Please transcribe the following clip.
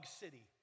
city